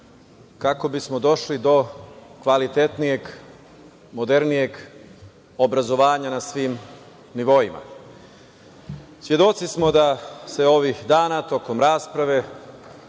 kako bismo došli do kvalitetnijeg, modernijeg obrazovanja na svim nivoima. Svedoci smo da se ovih dana tokom rasprave